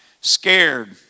scared